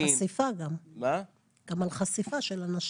גם על החשיפה של אנשים.